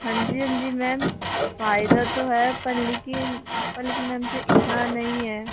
हाँ जी हाँ जी मैम फायदा तो है लेकिन पर लेकिन मैम मुझे इतना नहीं है